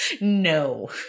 no